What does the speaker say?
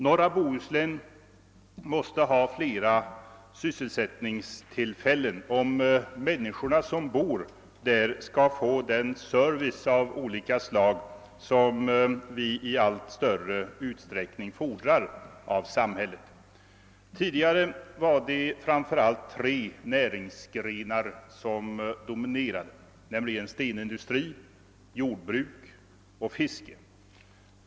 Norra Bohuslän måste ha fler sysselsättningstillfällen om människorna som bor där skall få den service av olika slag som vi i allt större utsträckning fordrar av samhället. Tidigare var det framför allt tre näringsgrenar som dominerade, nämligen stenindustri, jordvruk'och fiske.